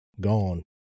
Gone